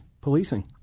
policing